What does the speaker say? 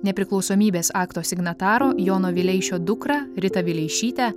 nepriklausomybės akto signataro jono vileišio dukrą ritą vileišytę